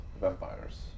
vampires